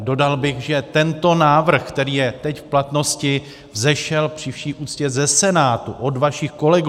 Dodal bych, že tento návrh, který je teď v platnosti, vzešel při vší úctě ze Senátu, od vašich kolegů.